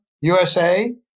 USA